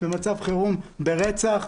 במצב חירום של רצח,